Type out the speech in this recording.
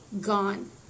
gone